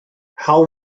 how